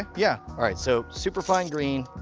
yeah. all right, so super fine green.